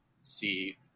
see